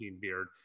beard